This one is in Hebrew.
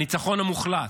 הניצחון המוחלט.